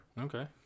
Okay